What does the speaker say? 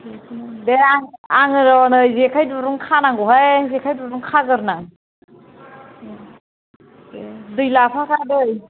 दे आं आङो नै जेखाइ दुरुं खानांगौहाय जेखाइ दुरुं खाग्रोनो आं दै लाफाखा दै